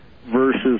versus